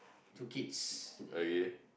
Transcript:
two kids ya